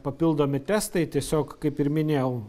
papildomi testai tiesiog kaip ir minėjau